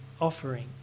Offering